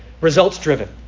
results-driven